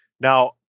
Now